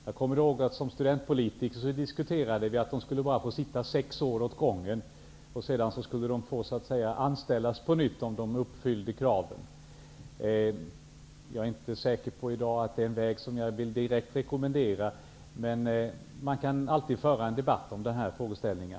Jag kommer ihåg att vi som studentpolitiker diskuterade att de bara skulle få sitta sex år åt gången. Sedan skulle de anställas på nytt om de uppfyllde kraven. Jag är i dag inte säker på att det är en väg som jag direkt vill rekommendera. Men man kan alltid föra en debatt om dessa frågeställningar.